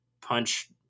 punch